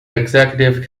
executive